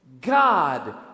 God